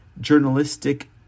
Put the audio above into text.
journalistic